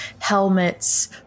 helmets